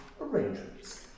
arrangements